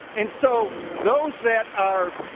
and so those that are